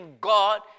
God